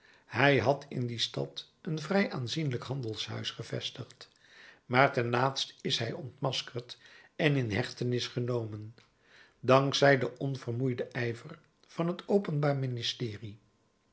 hij had in die stad een vrij aanzienlijk handelshuis gevestigd maar ten laatste is hij ontmaskerd en in hechtenis genomen dank zij den onvermoeiden ijver van het openbaar ministerie